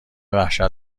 وحشت